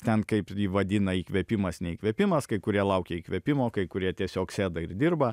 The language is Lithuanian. ten kaip jį vadina įkvėpimas ne įkvėpimas kai kurie laukia įkvėpimo kai kurie tiesiog sėda ir dirba